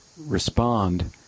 respond